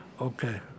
okay